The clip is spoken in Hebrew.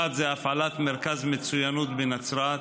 1. הפעלת מרכז מצוינות בנצרת.